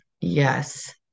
Yes